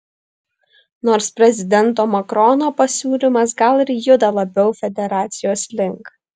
nors prezidento macrono pasiūlymas gal ir juda labiau federacijos link